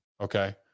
okay